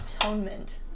Atonement